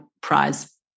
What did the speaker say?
prize